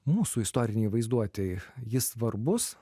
mūsų istorinėj vaizduotėj jis svarbus